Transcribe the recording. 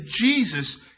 Jesus